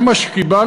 זה מה שקיבלנו?